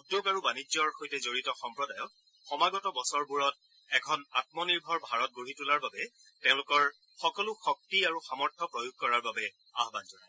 উদ্যোগ আৰু বাণিজ্যৰ সৈতে জড়িত সম্প্ৰদায়ক সমাগত বছৰবোৰত এখন আমনিৰ্ভৰ ভাৰত গঢ়ি তোলাৰ বাবে তেওঁলোকৰ সকলো শক্তি আৰু সামৰ্থ্য প্ৰয়োগ কৰাৰ বাবে আহান জনায়